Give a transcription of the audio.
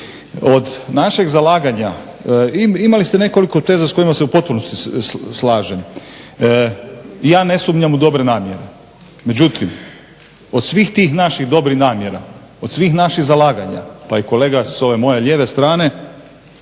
Od našeg zalaganja, imali ste nekoliko teza s kojima se u potpunosti slažem i ja ne sumnjam u dobre namjere. Međutim, od svih tih naših dobrih namjera, od svih naših zalaganja pa i kolega s ove moje lijeve strane,